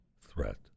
threat